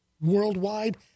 worldwide